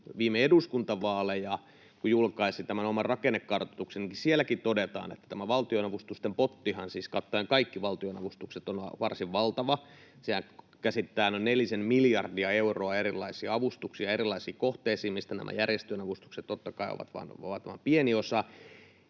viime eduskuntavaaleja, kun julkaisi tämän oman rakennekartoituksen... Sielläkin todetaan, että tämä valtionavustusten pottihan, siis kattaen kaikki valtionavustukset, on varsin valtava. Sehän käsittää noin nelisen miljardia euroa erilaisia avustuksia erilaisiin kohteisiin, mistä nämä järjestöjen avustukset, totta kai, ovat vain pieni osa.